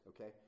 Okay